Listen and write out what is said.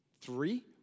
Three